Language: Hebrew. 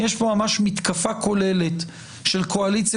יש פה ממש מתקפה כוללת של קואליציה